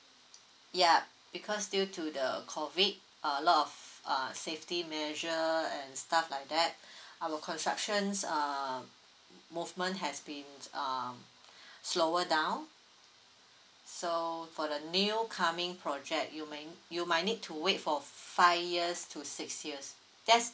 yup because due to the COVID uh lot of uh safety measure and stuff like that our construction's err movement has been uh slower down so for the new coming project you might you might need to wait for five years to six years just